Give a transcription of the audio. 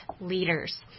leaders